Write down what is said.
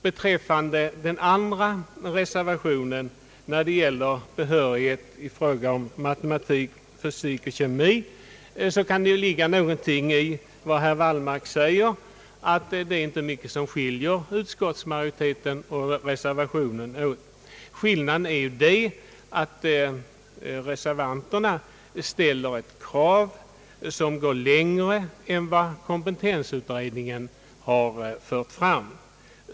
Beträffande den andra reservationen, om behörigheten i matematik, fysik och kemi, så kan det ligga någonting i vad herr Wallmark säger att det är inte mycket som skiljer utskottsmajoriteten och reservationen. Skillnaden är att reservanterna ställer krav som går längre än kompetensutredningens.